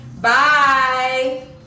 bye